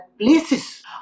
places